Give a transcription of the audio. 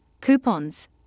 coupons